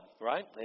right